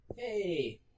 Hey